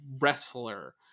wrestler